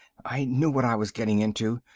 i knew what i was getting into.